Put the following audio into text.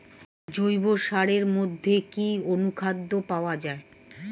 জৈব সারের মধ্যে কি অনুখাদ্য পাওয়া যায়?